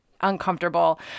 uncomfortable